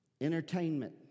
entertainment